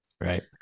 right